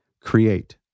create